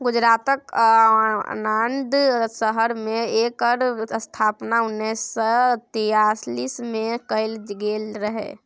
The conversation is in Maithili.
गुजरातक आणंद शहर मे एकर स्थापना उन्नैस सय छियालीस मे कएल गेल रहय